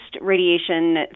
radiation